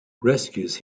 rescues